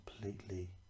completely